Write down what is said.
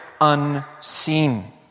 unseen